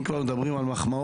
אם כבר מדברים על מחמאות,